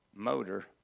motor